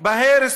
בהרס,